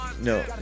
No